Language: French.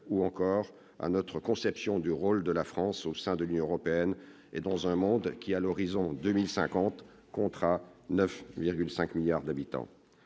ou encore à notre conception du rôle de la France au sein de l'Union européenne et dans un monde qui, à l'horizon de 2050, comptera 9,5 milliards d'habitants.